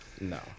No